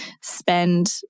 spend